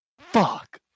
fuck